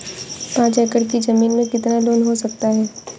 पाँच एकड़ की ज़मीन में कितना लोन हो सकता है?